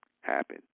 happen